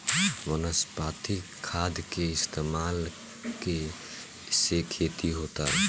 वनस्पतिक खाद के इस्तमाल के से खेती होता